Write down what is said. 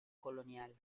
colonial